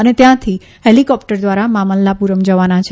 અને ત્યાંથી હેલિકોપ્ટર દ્વારા મામલ્લાપુરમ જવાના છે